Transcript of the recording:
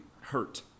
Hurt